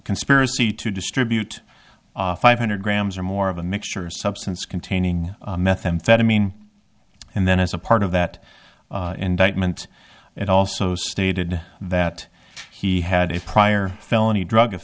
conspiracy to distribute five hundred grams or more of a mixture substance containing methamphetamine and then as a part of that indictment it also stated that he had a prior felony drug